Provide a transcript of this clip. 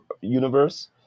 Universe